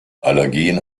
allergien